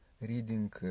reading